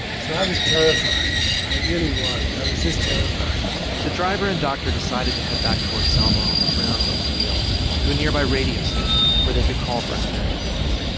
so i was terrified. i really was. i was just terrified the driver and doctor decided to head back towards selma on the rim of the wheel to a nearby radio station where they could call for another ambulance.